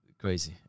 crazy